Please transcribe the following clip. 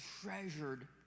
treasured